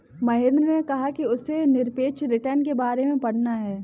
महेंद्र ने कहा कि उसे निरपेक्ष रिटर्न के बारे में पढ़ना है